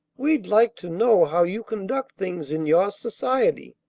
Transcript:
we'd like to know how you conduct things in your society.